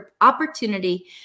opportunity